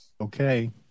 Okay